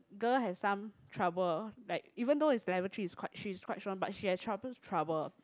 girl has some trouble like even though is level three is quite she's quite strong but she has trouble trouble